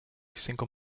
single